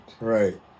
Right